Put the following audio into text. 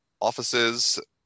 offices